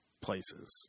places